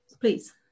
Please